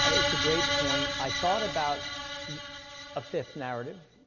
it's a great point, i thought about a fifth narrative,